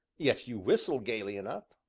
yet you whistle gayly enough.